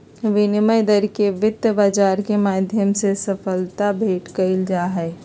विनिमय दर के वित्त बाजार के माध्यम से सबलता भेंट कइल जाहई